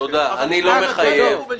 תודה, אני לא מחייב.